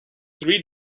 three